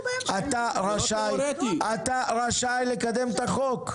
אתה רשאי לקדם את החוק",